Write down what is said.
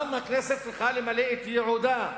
גם הכנסת צריכה למלא את ייעודה,